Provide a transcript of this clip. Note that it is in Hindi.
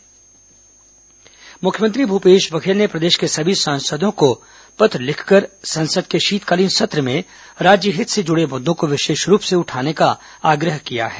मुख्यमंत्री सांसद पत्र मुख्यमंत्री भूपेश बघेल ने प्रदेश के सभी सांसदों को पत्र लिखकर संसद के शीतकालीन सत्र में राज्य हित से जुड़े मुद्दों को विशेष रूप से उठाने का आग्रह किया है